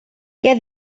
què